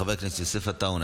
חבר הכנסת יוסף עטאונה,